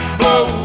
blow